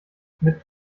mit